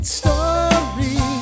story